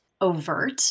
overt